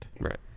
Right